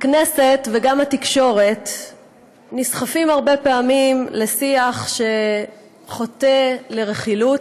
בכנסת וגם בתקשורת נסחפים הרבה פעמים לשיח שחוטא ברכילות,